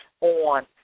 on